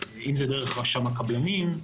אם זה דרך רשם הקבלנים,